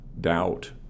doubt